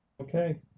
Okay